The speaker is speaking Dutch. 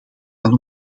dan